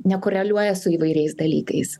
nekoreliuoja su įvairiais dalykais